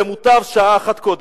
ומוטב שעה אחת קודם.